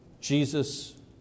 Jesus